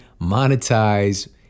monetize